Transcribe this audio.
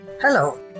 Hello